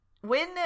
when-